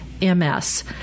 MS